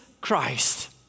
Christ